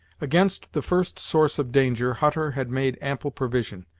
against the first source of danger hutter had made ample provision,